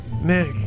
Nick